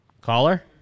Caller